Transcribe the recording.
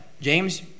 James